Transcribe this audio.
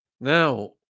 now